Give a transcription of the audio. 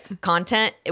content